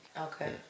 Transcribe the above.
Okay